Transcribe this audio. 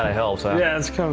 helps, huh? yes. kind of